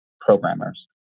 programmers